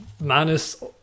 Manus